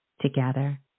together